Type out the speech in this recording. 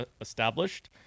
established